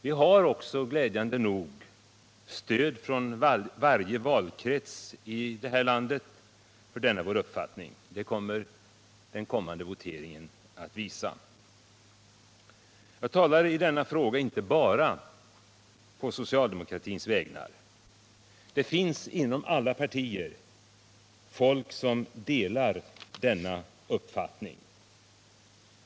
Vi har glädjande nog stöd från varje valkrets i det här landet för denna vår uppfattning, vilket den kommande voteringen kommer att visa. Jag talar i denna fråga inte bara på socialdemokratins vägnar. Inom alla partier finns det folk som delar denna uppfattning.